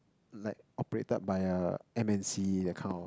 like operated by A_M_N_C that kind of